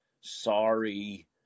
sorry